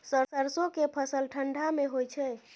सरसो के फसल ठंडा मे होय छै?